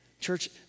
Church